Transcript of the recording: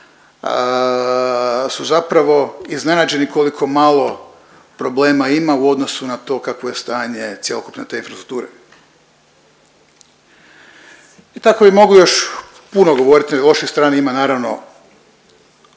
su zapravo iznenađeni koliko malo problema ima u odnosu na to kakvo je stanje cjelokupne te infrastrukture. I tako i mogu još puno govoriti o lošoj strani, ima naravno,